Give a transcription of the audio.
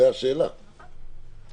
זאת השאלה שלי.